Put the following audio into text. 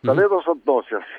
kalėdos ant nosies